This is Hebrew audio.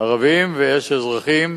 ערבים ויש אזרחים